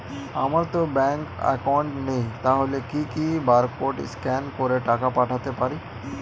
আমারতো bank account নেই তাহলে কি কি বারকোড স্ক্যান করে টাকা পাঠাতে পারি?